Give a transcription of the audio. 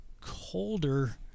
colder